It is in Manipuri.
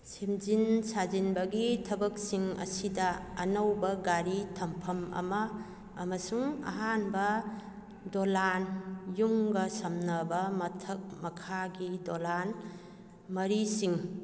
ꯁꯦꯝꯖꯤꯟ ꯁꯥꯖꯤꯟꯕꯒꯤ ꯊꯕꯛꯁꯤꯡ ꯑꯁꯤꯗ ꯑꯅꯧꯕ ꯒꯥꯔꯤ ꯊꯝꯐꯝ ꯑꯃ ꯑꯃꯁꯨꯡ ꯑꯍꯥꯟꯕ ꯗꯣꯂꯥꯟ ꯌꯨꯝꯒ ꯁꯝꯅꯕ ꯃꯊꯛ ꯃꯈꯥꯒꯤ ꯗꯣꯂꯥꯟ ꯃꯔꯤꯁꯤꯡ